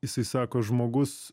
jisai sako žmogus